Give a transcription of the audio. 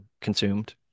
consumed